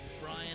Brian